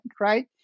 right